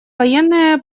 военные